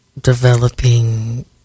developing